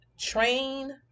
train